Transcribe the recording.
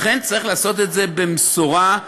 לכן צריך לעשות את זה מאוד מאוד במשורה,